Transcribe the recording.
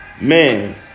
Man